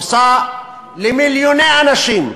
עושה למיליוני אנשים.